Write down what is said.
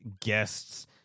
guests